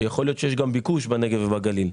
שיכול להיות שיש גם ביקוש בנגב ובגליל.